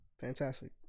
Fantastic